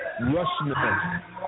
Russian